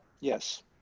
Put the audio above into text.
Yes